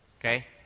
Okay